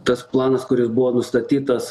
tas planas kuris buvo nustatytas